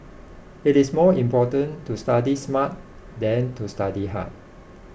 it is more important to study smart than to study hard